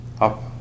up